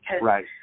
Right